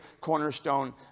cornerstone